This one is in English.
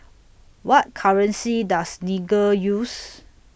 What currency Does Niger use